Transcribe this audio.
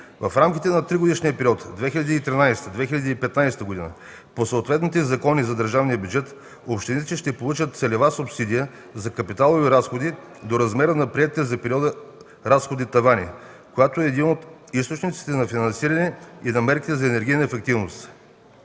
В рамките на тригодишния период 2013-2015 г. по съответните закони за държавния бюджет общините ще получават целева субсидия за капиталови разходи до размера на приетите за периода разходни тавани, която е един от източниците за финансиране и на мерките за енергийна ефективност.